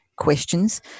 questions